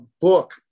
book